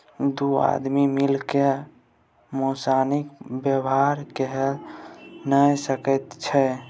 दू आदमी मिलिकए मोनासिब बेपार कइये नै सकैत छै